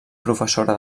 professora